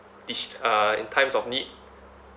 dist~ uh in times of need